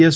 S